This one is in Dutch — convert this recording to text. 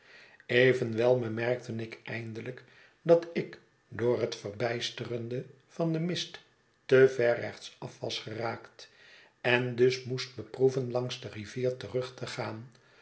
evenwel bemerkte ik eindelijk dat ik door het verbijsterende van den mist te vet rechtsaf was geraakt en dus moest beproeven langs de rivier terug te gaan